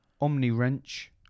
Omni-wrench